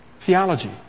theology